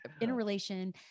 interrelation